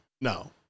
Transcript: No